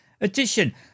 edition